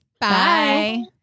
Bye